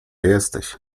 jesteś